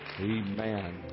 Amen